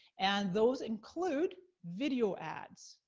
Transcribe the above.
and those include video ads,